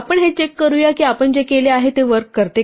आपण हे चेक करूया की आपण जे केले ते वर्क करते का